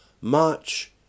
March